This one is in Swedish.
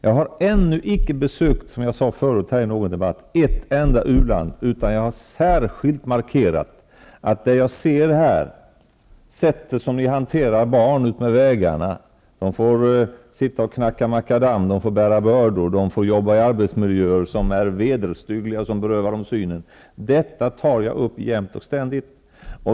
Jag har ännu icke besökt, som jag sade förut, ett enda u-land utan att jag särskilt markerat det sätt på vilket jag ser barnen hanteras. De får sitta och knacka makadam, bära bördor, arbeta i arbetsmiljöer som är vederstyggliga och som berövar dem synen. Detta tar jag upp jämt och ständigt.